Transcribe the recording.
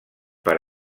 per